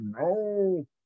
no